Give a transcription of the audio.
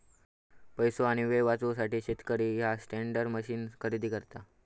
पैसो आणि येळ वाचवूसाठी शेतकरी ह्या टेंडर मशीन खरेदी करता